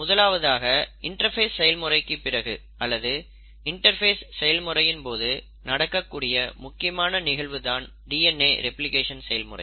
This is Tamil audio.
முதலாவதாக இன்டர்பேஸ் செயல்முறைக்கு பிறகு அல்லது இன்டர்பேஸ் செயல்முறையின் போது நடக்கக் கூடிய முக்கியமான நிகழ்வு தான் டிஎன்ஏ ரெப்ளிகேஷன் செயல்முறை